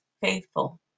faithful